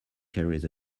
carries